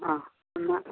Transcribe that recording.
ആ എന്നാൽ